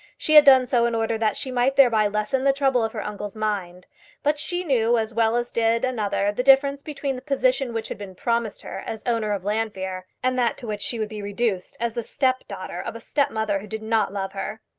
she had done so in order that she might thereby lessen the trouble of her uncle's mind but she knew as well as did another the difference between the position which had been promised her as owner of llanfeare, and that to which she would be reduced as the stepdaughter of a stepmother who did not love her.